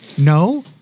no